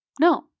No